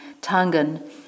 Tangan